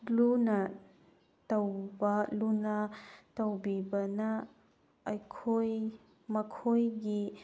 ꯂꯨꯅ ꯇꯧꯕ ꯂꯨꯅ ꯇꯧꯕꯤꯕꯅ ꯑꯩꯈꯣꯏ ꯃꯈꯣꯏꯒꯤ